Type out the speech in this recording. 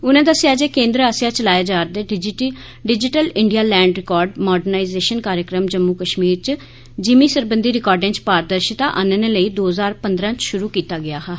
उनें दस्सेआ जे केंद्र आस्सेआ चलाई जा रदी digital India land record modernisation कार्यक्रम जम्मू कश्मीर च जिमी सरबंधी रिकार्डे च पारदर्शिता आनने लेई शुरू कीता गेआ हा